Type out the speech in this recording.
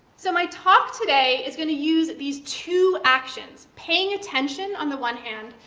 so my talk today is going to use these two actions paying attention on the one hand,